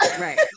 Right